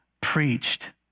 preached